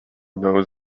knows